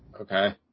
Okay